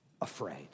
afraid